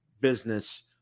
business